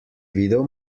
videl